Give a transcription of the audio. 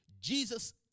Jesus